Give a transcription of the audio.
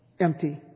empty